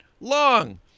long